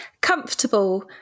comfortable